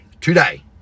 today